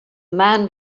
man